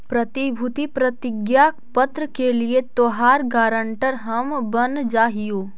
प्रतिभूति प्रतिज्ञा पत्र के लिए तोहार गारंटर हम बन जा हियो